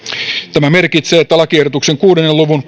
tämä merkitsee että lakiehdotuksen kuuden luvun